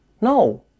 No